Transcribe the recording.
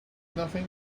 nothing